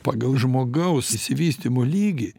pagal žmogaus išsivystymo lygį